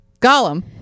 Gollum